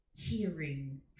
hearing